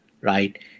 right